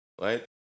right